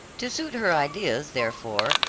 to suit her ideas, therefore,